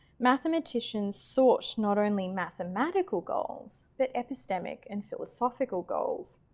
mathematicians sought not only mathematical goals, but epistemic and philosophical goals.